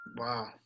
Wow